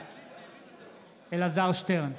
בעד אלעזר שטרן,